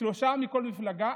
שלושה מכל מפלגה.